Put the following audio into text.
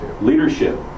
Leadership